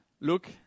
look